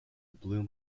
bloom